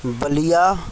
بلیا